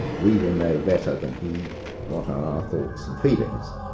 we will know better than he what are our thoughts and feelings.